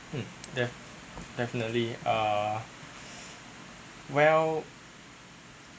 mm def~ definitely uh well